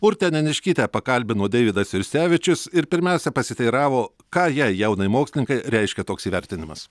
urtę neniškytę pakalbino deividas jursevičius ir pirmiausia pasiteiravo ką jai jaunai mokslininkei reiškia toks įvertinimas